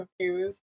confused